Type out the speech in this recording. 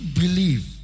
believe